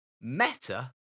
Meta